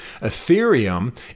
Ethereum